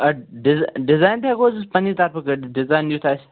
اَدٕ ڈِیزا ڈِیزایِن تہِ ہیٚکوو أسۍ پَننہِ طرفہٕ کٔرِتھ ڈِیزایِن یُتھ آسہِ